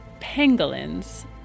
pangolins